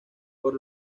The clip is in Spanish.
por